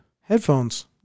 headphones